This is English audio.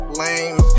lame